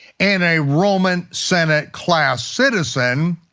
and a roman senate-class citizen,